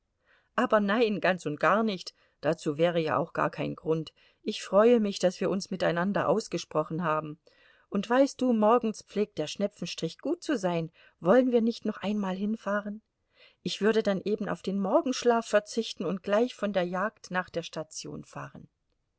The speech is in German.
aber nein ganz und gar nicht dazu wäre ja auch gar kein grund ich freue mich daß wir uns miteinander ausgesprochen haben und weißt du morgens pflegt der schnepfenstrich gut zu sein wollen wir nicht noch einmal hinfahren ich würde dann eben auf den morgenschlaf verzichten und gleich von der jagd nach der station fahren